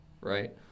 Right